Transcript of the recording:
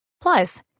Plus